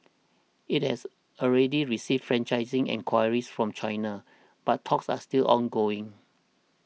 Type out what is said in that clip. it has already received franchising enquiries from China but talks are still ongoing